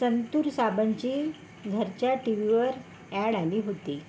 संतूर साबणाची घरच्या टी व्हीवर ॲड आली होती